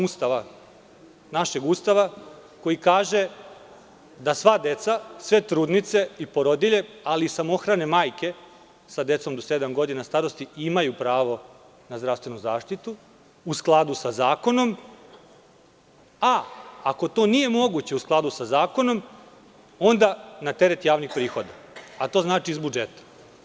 Ustava koji kaže da sva deca, sve trudnice i porodilje, ali i samohrane majke sa decom do sedam godina starosti, imaju pravo na zdravstvenu zaštitu, u skladu sa zakonom, a ako tonije moguće u skladu sa zakonom, onda na teret javnih prihoda, a to znači iz budžeta.